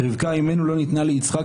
רבקה אימנו לא ניתנה ליצחק,